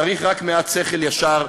צריך רק מעט שכל ישר,